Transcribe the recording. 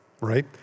right